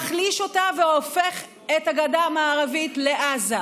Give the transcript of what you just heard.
הוא מחליש אותה והופך את הגדה המערבית לעזה.